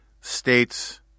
states